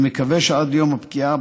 אני מקווה שעד ליום הפקיעה,